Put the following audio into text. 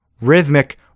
Rhythmic